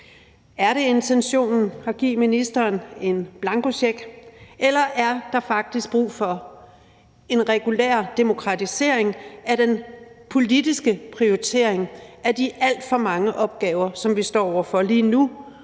Er det intentionen at give ministeren en blankocheck, eller er der faktisk brug for en regulær demokratisering af den politiske prioritering af de alt for mange opgaver, som vi står over for lige nu